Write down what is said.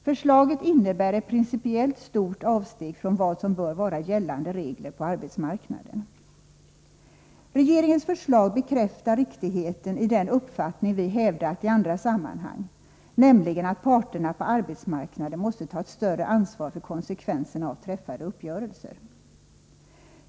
Förslaget innebär ett principiellt stort avsteg från vad som bör vara gällande regler på arbetsmarknaden. Regeringens förslag bekräftar riktigheten i den uppfattning vi hävdat i andra sammanhang, nämligen att parterna på arbetsmarknadnaden måste ta ett större ansvar för konsekvenserna av träffade uppgörelser.